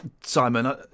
Simon